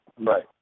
Right